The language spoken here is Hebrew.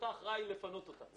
אתה אחראי לפנות אותה.